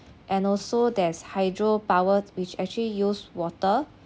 and also there's hydro power which actually used water